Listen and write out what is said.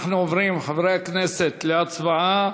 אנחנו עוברים, חברי הכנסת, להצבעה.